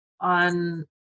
on